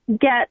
get